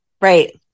Right